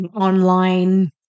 online